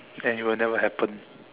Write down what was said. eh it will never happen